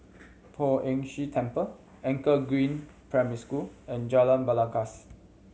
Poh Ern Shih Temple Anchor Green Primary School and Jalan Belangkas